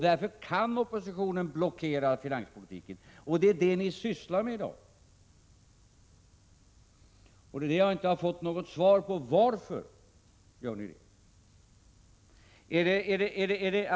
Därför kan oppositionen blockera finanspolitiken. Och det är det ni sysslar med i dag. Jag har inte fått något svar på frågan varför ni gör det.